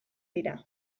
dira